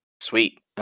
Sweet